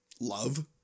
Love